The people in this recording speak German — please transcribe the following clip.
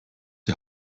die